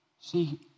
See